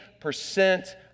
percent